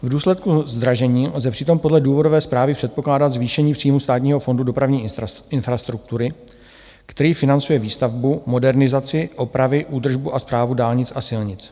V důsledku zdražení lze přitom podle důvodové správy předpokládat zvýšení příjmů Státního fondu dopravní infrastruktury, který financuje výstavbu, modernizaci, opravy, údržbu a správu dálnic a silnic.